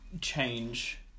change